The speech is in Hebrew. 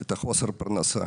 את חוסר הפרנסה.